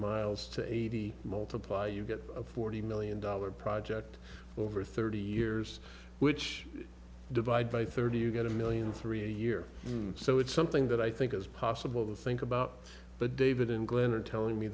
miles to eighty multiply you get forty million dollar project over thirty years which divide by thirty you get a million three a year so it's something that i think is possible the think about but david and glenn are telling me